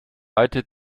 alte